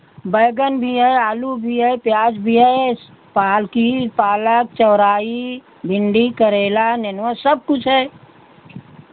बैगन भी है आलू भी है प्याज भी है पालकी पालक चौराई भिंडी करेला नेनुआ सब कुछ है